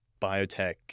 biotech